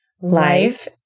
life